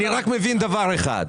אני רק מבין דבר אחד,